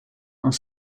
are